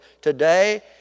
today